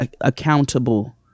accountable